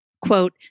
Quote